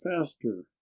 faster